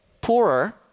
Poorer